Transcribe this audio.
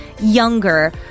Younger